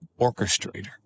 orchestrator